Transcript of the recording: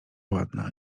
ładna